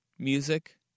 Music